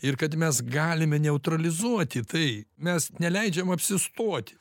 ir kad mes galime neutralizuoti tai mes neleidžiam apsistot